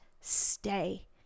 stay